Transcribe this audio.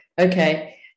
okay